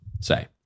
say